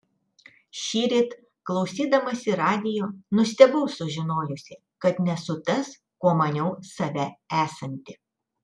šįryt klausydamasi radijo nustebau sužinojusi kad nesu tas kuo maniau save esanti